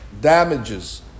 damages